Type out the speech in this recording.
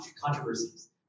controversies